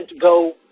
go